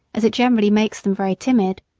as it generally makes them very timid.